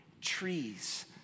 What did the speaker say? trees